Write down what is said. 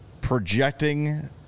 projecting